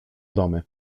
domy